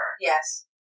Yes